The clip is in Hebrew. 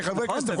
כחברי כנסת,